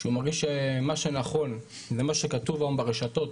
שהוא מרגיש שמה שנכון זה מה שכתוב היום ברשתות